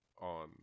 on